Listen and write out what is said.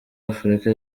afrika